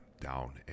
down